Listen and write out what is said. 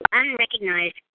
unrecognized